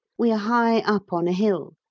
we are high up on a hill.